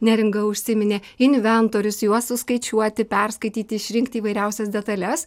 neringa užsiminė inventorius juos suskaičiuoti perskaityti išrinkti įvairiausias detales